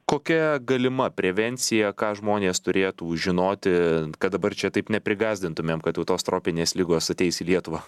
kokia galima prevencija ką žmonės turėtų žinoti kad dabar čia taip neprigąsdintumėm kad jau tos tropinės ligos ateis į lietuvą